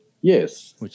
Yes